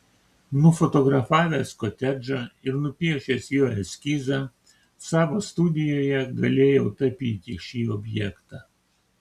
nufotografavęs kotedžą ir nupiešęs jo eskizą savo studijoje galėjau tapyti šį objektą